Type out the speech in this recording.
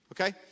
okay